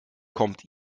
kommt